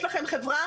יש לכם חברה,